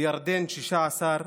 בירדן, 16,